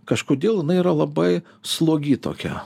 kažkodėl jinai yra labai slogi tokia